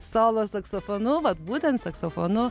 solo saksofonu vat būtent saksofonu